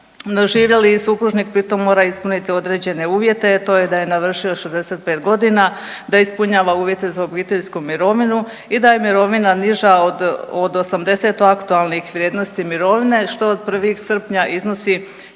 Živjeli supružnik pritom mora ispuniti određene uvjete, to je da navršio 65 godina, da ispunjava uvjete za obiteljsku mirovinu i da je mirovina niža od 80 aktualnih vrijednosti mirovine, što od 1. srpnja iznosi